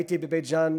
הייתי בבית-ג'ן